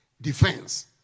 defense